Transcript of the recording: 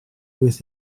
with